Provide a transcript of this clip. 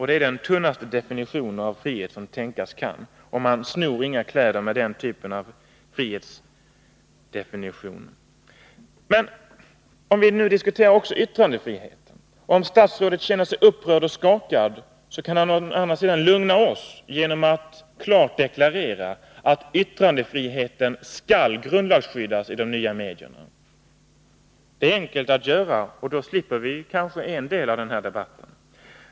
Det är den tunnaste definition av frihet som tänkas kan, och man ”snor inga kläder” med den typen av frihetsdefinition. Men om vi nu också diskuterar yttrandefriheten och statsrådet känner sig upprörd och skakad, så kan han å andra sidan lugna oss genom att klart deklarera att yttrandefriheten skall grundlagsskyddas i de nya medierna. Det är enkelt att göra, och då slipper vi kanske en del av den här debatten.